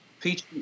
peach